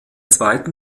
zweiten